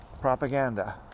propaganda